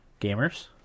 Gamers